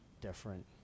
different